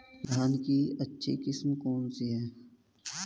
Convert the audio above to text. धान की अच्छी किस्म कौन सी है?